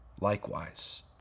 likewise